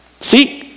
See